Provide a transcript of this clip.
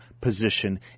position